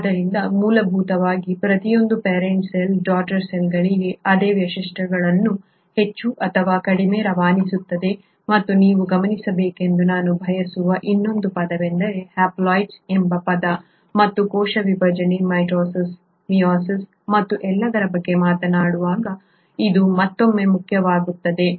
ಆದ್ದರಿಂದ ಮೂಲಭೂತವಾಗಿ ಪ್ರತಿಯೊಂದು ಪೇರೆಂಟ್ ಸೆಲ್ ಡಾಟರ್ ಸೆಲ್ಗಳಿಗೆ ಅದೇ ವೈಶಿಷ್ಟ್ಯಗಳನ್ನು ಹೆಚ್ಚು ಅಥವಾ ಕಡಿಮೆ ರವಾನಿಸುತ್ತದೆ ಮತ್ತು ನೀವು ಗಮನಿಸಬೇಕೆಂದು ನಾನು ಬಯಸುವ ಇನ್ನೊಂದು ಪದವೆಂದರೆ ಹ್ಯಾಪ್ಲಾಯ್ಡ್ಸ್ ಎಂಬ ಪದ ಮತ್ತು ನಾವು ಕೋಶ ವಿಭಜನೆ ಮಿಟೋಸಿಸ್ ಮಿಯೋಸಿಸ್ ಮತ್ತು ಎಲ್ಲದರ ಬಗ್ಗೆ ಮಾತನಾಡುವಾಗ ಇದು ಮತ್ತೊಮ್ಮೆ ಮುಖ್ಯವಾಗುತ್ತದೆ